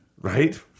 Right